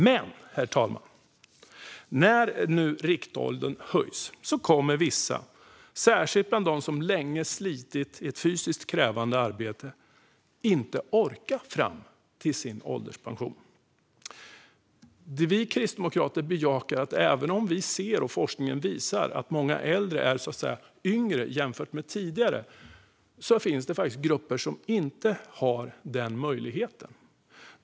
Men, herr talman, när riktåldern nu höjs kommer vissa, särskilt de som länge slitit i ett fysiskt krävande arbete, inte att orka fram till sin ålderspension. Även om vi ser - och forskningen visar - att många äldre så att säga är yngre jämfört med tidigare finns det faktiskt grupper som inte har den möjligheten.